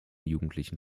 jugendlichen